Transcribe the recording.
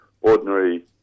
ordinary